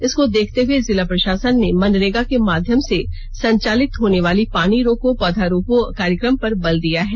इसको देखते हुए जिला प्रशासन ने मनरेगा के माध्यम से संचालित होनेवाली पानी रोको पौधा रोपो कार्यक्रम पर बल दिया है